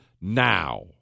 now